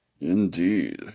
Indeed